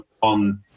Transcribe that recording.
on